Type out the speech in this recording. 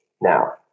Now